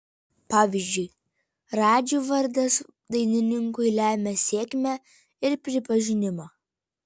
pavyzdžiui radži vardas dainininkui lemia sėkmę ir pripažinimą